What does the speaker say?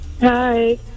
Hi